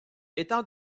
étant